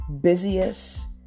busiest